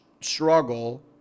struggle